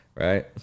Right